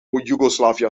yugoslavia